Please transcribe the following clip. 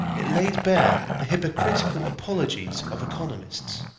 it laid bare the hypocritical apologies of economists.